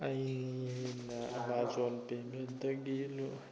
ꯑꯩꯅ ꯑꯦꯃꯥꯖꯣꯟ ꯄꯦꯃꯦꯟꯇꯒꯤ